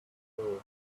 world